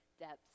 depths